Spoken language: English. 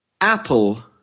Apple